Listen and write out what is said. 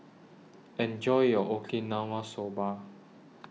Enjoy your Okinawa Soba